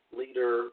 leader